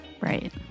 Right